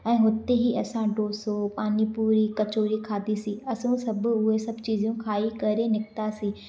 ऐं हुते ई असां डोसो पानी पूरी कचोड़ी खाधीसी असां सभु उहे सभु चीजियूं खाई करे निकितासीं